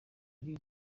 ari